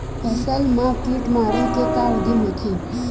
फसल मा कीट मारे के का उदिम होथे?